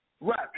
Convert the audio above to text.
Right